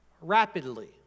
rapidly